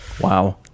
Wow